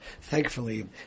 thankfully